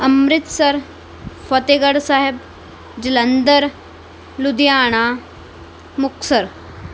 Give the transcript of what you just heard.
Amritsar Fatehgarh Sahib Jalandhar Ludhiana Muktsar